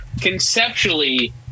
conceptually